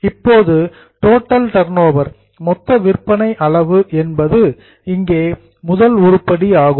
இப்போது total turnover மொத்த விற்பனை அளவு என்பது இங்கே முதல் உருப்படி ஆகும்